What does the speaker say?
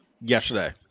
yesterday